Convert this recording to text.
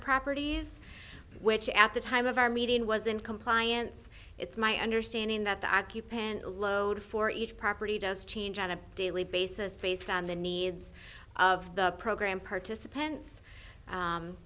properties which at the time of our meeting was in compliance it's my understanding that the occupant load for each property does change on a daily basis based on the needs of the program participants